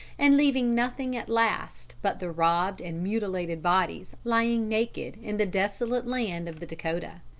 and leaving nothing at last but the robbed and mutilated bodies lying naked in the desolate land of the dakotah.